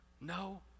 No